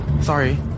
Sorry